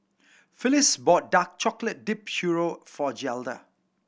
Phillis bought dark chocolate dipped churro for Zelda